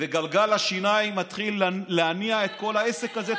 וגלגל השיניים מתחיל להניע את כל העסק הזה,